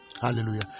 Hallelujah